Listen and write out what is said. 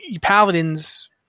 paladins